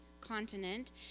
continent